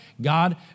God